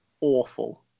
awful